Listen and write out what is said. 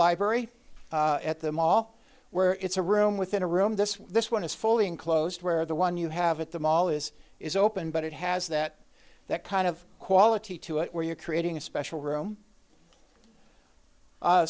library at the mall where it's a room within a room this this one is fully enclosed where the one you have at the mall is is open but it has that kind of quality to it where you're creating a special room